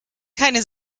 keine